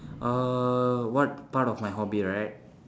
uh what part of my hobby right